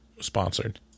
sponsored